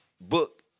book